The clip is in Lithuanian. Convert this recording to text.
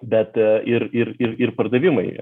bet ir ir ir ir pardavimai